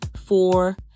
four